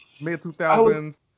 mid-2000s